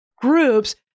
groups